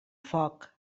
foc